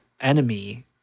enemy